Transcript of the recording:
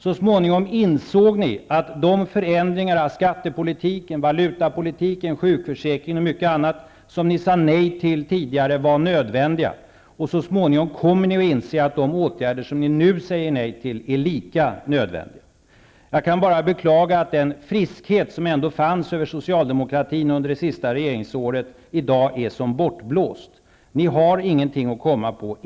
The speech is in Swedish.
Så småningom insåg ni att de förändringar av skattepolitiken, valutapolitiken, sjukförsäkringen och mycket annat som ni sade nej till tidigare var nödvändiga. Så småningom kommer ni att inse att de åtgärder som ni nu säger nej till är lika nödvändiga. Jag kan bara beklaga att den friskhet som ändå fanns över socialdemokratin under det sista regeringsåret i dag är bortblåst. Ni har ingenting att komma med.